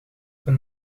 een